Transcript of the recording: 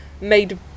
made